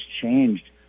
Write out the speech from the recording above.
changed